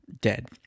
dead